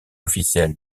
officielle